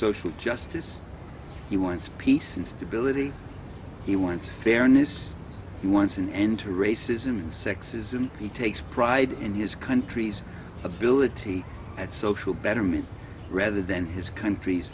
social justice he wants peace and stability he wants fairness he wants an end to racism and sexism he takes pride in his country's ability and social betterment rather than his countr